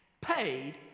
paid